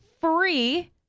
free